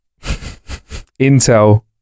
Intel